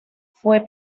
fue